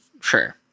Sure